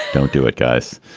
don't do it, guys.